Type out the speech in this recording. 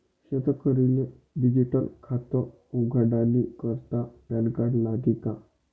शेतकरीले डिजीटल खातं उघाडानी करता पॅनकार्ड लागी का?